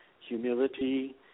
humility